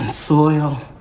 soil